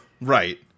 Right